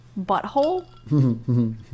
butthole